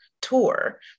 tour